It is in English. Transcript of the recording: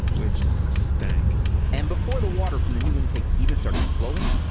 which stank and before the water from the new intakes even started flowing,